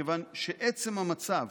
מכיוון שעצם המצב